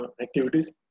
activities